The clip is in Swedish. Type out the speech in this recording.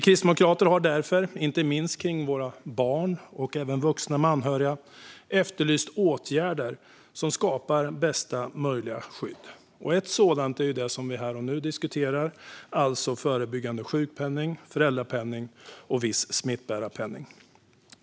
Kristdemokraterna har därför efterlyst åtgärder som skapar bästa möjliga skydd, inte minst vad gäller barn och vuxna samt deras anhöriga. Ett sådant är det som vi här och nu diskuterar, alltså förebyggande sjukpenning, föräldrapenning och viss smittbärarpenning.